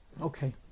Okay